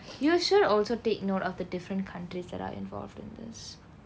you should also take note of the different countries that are involved in this